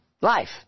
life